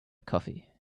coffee